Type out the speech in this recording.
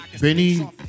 Benny